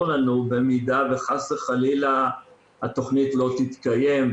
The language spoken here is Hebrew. לנו במידה וחס וחלילה התכנית לא תתקיים,